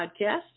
podcast